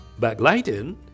Backlighting